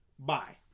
Bye